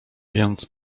więc